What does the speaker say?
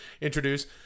introduce